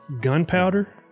gunpowder